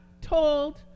told